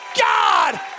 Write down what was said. God